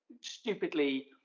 stupidly